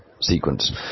Sequence